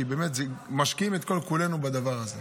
כי באמת משקיעים את כל-כולנו בדבר הזה.